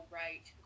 right